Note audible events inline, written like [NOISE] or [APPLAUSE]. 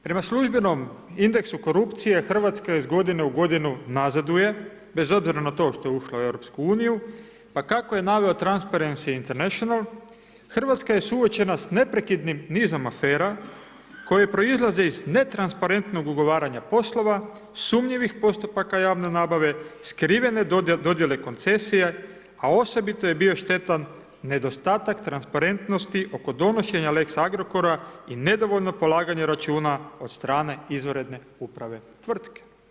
Prema službenom indeksu korupcije, Hrvatska iz godinu u godinu nazaduje, bez obzira na to što je ušla u EU, pa kako je naveo … [UNINTELLIGIBLE] Hrvatska je suočena s neprekidnim nizom afera, koje proizlaze iz netransparentnog ugovaranja poslova, sumnjivih postupaka javne nabave, skrivene dodjele koncesija, a osobito je bio štetan, nedostatak transparentnosti, oko donošenja lex Agrokora i nedovoljno polaganje računa od strane izvanredne uprave tvrtke.